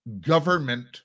government